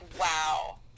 wow